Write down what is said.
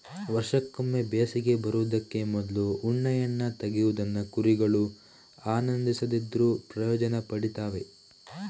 ವರ್ಷಕ್ಕೊಮ್ಮೆ ಬೇಸಿಗೆ ಬರುದಕ್ಕೆ ಮೊದ್ಲು ಉಣ್ಣೆಯನ್ನ ತೆಗೆಯುವುದನ್ನ ಕುರಿಗಳು ಆನಂದಿಸದಿದ್ರೂ ಪ್ರಯೋಜನ ಪಡೀತವೆ